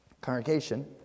Congregation